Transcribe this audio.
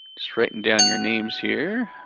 writing down your names here.